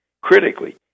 critically